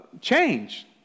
change